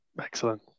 Excellent